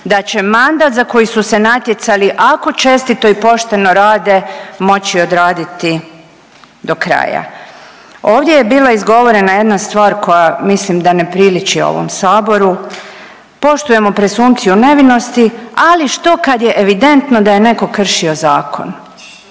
da će mandat za koji su se natjecali ako čestito i pošteno rade moći odraditi do kraja. Ovdje je bila izgovorena jedna stvar koja mislim da ne priliči ovom saboru „poštujemo presumpciju nevinosti, ali što kad je evidentno da je neko kršio zakon?“